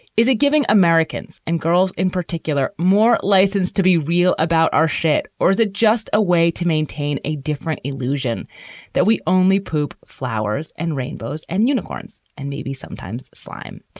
is it giving americans and girls in particular more license to be real about our shit? or is it just a way to maintain a different illusion that we only poop flowers and rainbows and unicorns and maybe sometimes slime?